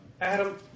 Adam